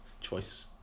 choice